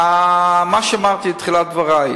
כפי שאמרתי בתחילת דברי,